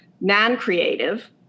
non-creative